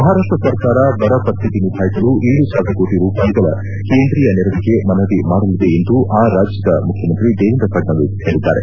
ಮಹಾರಾಷ್ಷ ಸರ್ಕಾರ ಬರ ಪರಿಸ್ಥಿತಿ ನಿಭಾಯಿಸಲು ಏಳು ಸಾವಿರ ಕೋಟಿ ರೂಪಾಯಿಗಳ ಕೇಂದ್ರೀಯ ನೆರವಿಗೆ ಮನವಿ ಮಾಡಲಿದೆ ಎಂದು ಆ ರಾಜ್ಯದ ಮುಖ್ಯಮಂತ್ರಿ ದೇವೇಂದ್ರ ಫಡ್ನವಿಸ್ ಹೇಳಿದ್ದಾರೆ